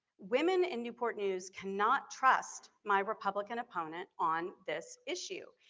women in newport news cannot trust my republican opponent on this issue.